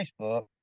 Facebook